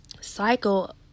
cycle